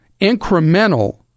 incremental